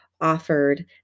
offered